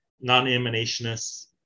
non-emanationists